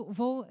vou